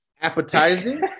appetizing